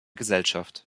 gesellschaft